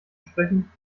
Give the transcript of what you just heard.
sprechen